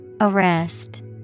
Arrest